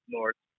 North